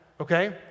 okay